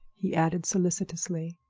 he added, solicitously.